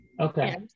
Okay